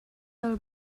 del